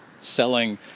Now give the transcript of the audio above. selling